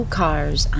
cars